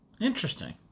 Interesting